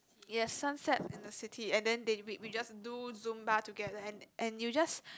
yes sunset in the city and then they we we just do Zumba together and and you just